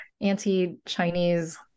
anti-chinese